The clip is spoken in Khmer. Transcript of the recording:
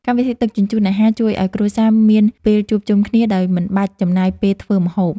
កម្មវិធីដឹកជញ្ជូនអាហារជួយឱ្យគ្រួសារមានពេលជួបជុំគ្នា ដោយមិនបាច់ចំណាយពេលធ្វើម្ហូប។